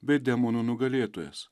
bei demono nugalėtojas